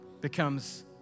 becomes